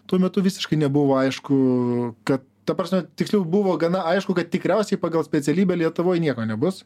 tuo metu visiškai nebuvo aišku kad ta prasme tiksliau buvo gana aišku kad tikriausiai pagal specialybę lietuvoj nieko nebus